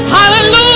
Hallelujah